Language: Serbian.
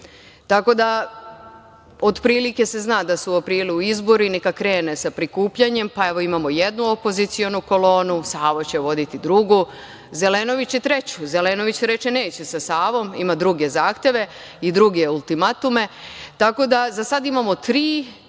Tako da, otprilike se zna da su u aprilu izbori, neka krene sa prikupljanjem, pa, evo imamo jednu opozicionu kolonu, Savo će voditi drugu, Zelenović će treću. Zelenović reče neće sa Savom, ima druge zahteve i druge ultimatume, tako da, za sad imamo tri,